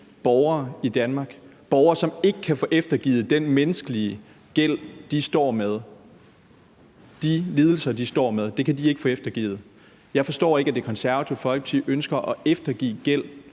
borgere i Danmark – borgere, som ikke kan få eftergivet gælden i forhold til de menneskelige omkostninger, de står med, de lidelser, de står med; det kan de ikke få eftergivet. Jeg forstår ikke, at Det Konservative Folkeparti ønsker at eftergive gæld